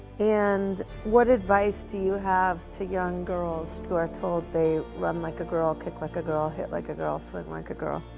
and what advice do you have to young girls who are told they run like a girl, kick like a girl. hit like a girl. swim like a girl.